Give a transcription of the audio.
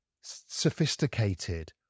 sophisticated